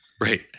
Right